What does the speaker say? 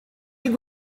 dydd